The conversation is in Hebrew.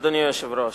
אדוני היושב-ראש.